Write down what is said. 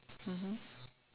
mmhmm